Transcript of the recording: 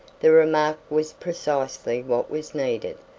the remark was precisely what was needed,